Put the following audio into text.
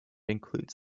includes